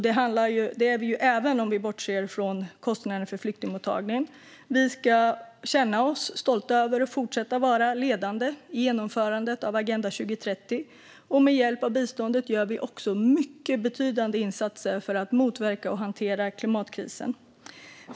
Det är vi även om vi bortser från kostnaderna för flyktingmottagning. Vi ska känna oss stolta över och fortsätta vara ledande i genomförandet av Agenda 2030. Med hjälp av biståndet gör vi också mycket betydande insatser för att motverka och hantera klimatkrisen.